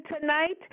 tonight